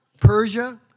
Persia